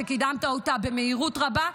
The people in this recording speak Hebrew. קידמת אותו במהירות רבה,